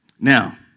Now